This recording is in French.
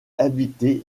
habité